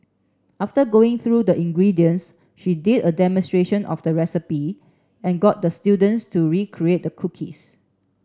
after going through the ingredients she did a demonstration of the recipe and got the students to recreate the cookies